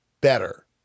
better